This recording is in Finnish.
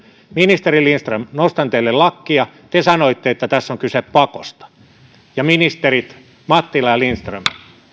ministeri lindström nostan teille lakkia te sanoitte että tässä on kyse pakosta ministerit mattila ja lindström